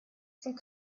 sind